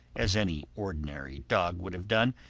as any ordinary dog would have done,